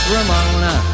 Ramona